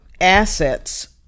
assets